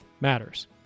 matters